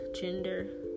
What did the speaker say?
gender